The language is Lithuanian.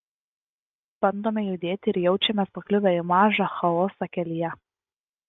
bandome judėti ir jaučiamės pakliuvę į mažą chaosą kelyje